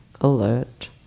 alert